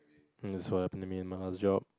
that's what happen to me in my last job